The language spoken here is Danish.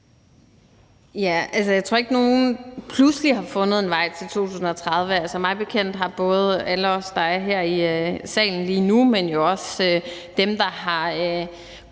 Jeg tror ikke, at nogen pludselig har fundet en vej til 2030-målet. Mig bekendt har både alle os, der er her i salen lige nu, men jo også dem, der har knoklet